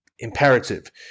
Imperative